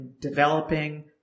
developing